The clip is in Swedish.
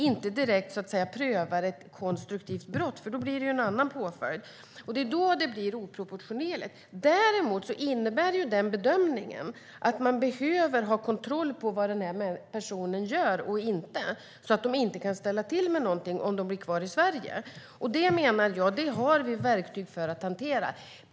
Men man prövar inte ett direkt brott, för då blir det ju en annan påföljd. Det är då det blir oproportionerligt. Däremot innebär den bedömningen att man behöver ha kontroll på vad personer gör och inte, så att de inte kan ställa till med någonting om de blir kvar i Sverige. Det menar jag att vi har verktyg för att hantera.